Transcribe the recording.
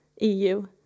EU